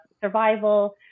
survival